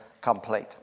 complete